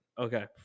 Okay